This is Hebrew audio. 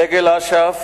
דגל אש"ף,